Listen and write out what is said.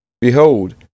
Behold